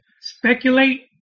speculate